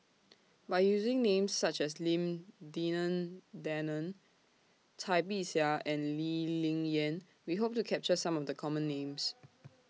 By using Names such as Lim Denan Denon Cai Bixia and Lee Ling Yen We Hope to capture Some of The Common Names